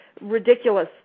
ridiculous